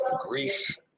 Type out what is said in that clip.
Greece